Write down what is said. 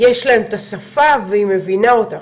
יש להם את השפה והיא מבינה אותך,